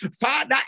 Father